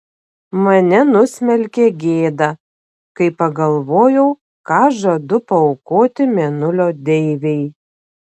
mane nusmelkė gėda kai pagalvojau ką žadu paaukoti mėnulio deivei